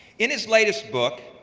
in his latest book,